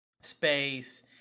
space